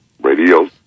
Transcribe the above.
radio